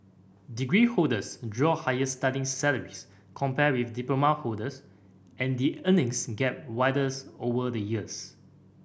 degree holders draw higher starting salaries compared with diploma holders and the earnings gap widens over the years